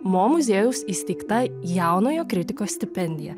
mo muziejaus įsteigta jaunojo kritiko stipendija